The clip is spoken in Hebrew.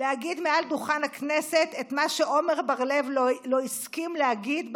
להגיד מעל דוכן הכנסת את מה שעמר בר לב לא הסכים להגיד בלוויה.